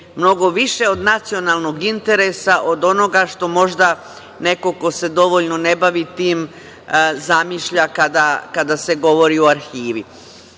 mnogo više od nacionalnog interesa od onoga što možda neko ko se dovoljno ne bavi tim zamišlja kada se govori o arhivi. Mnogi